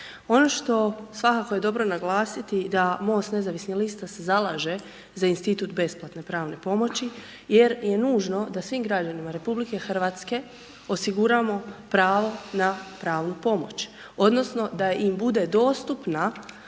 Ono što svakako je dobro naglasiti da MOST nezavisnih lista se zalaže za institut besplatne pravne pomoći jer je nužno da svim građanima RH osiguramo pravo na pravnu pomoć, odnosno da im bude dostupna,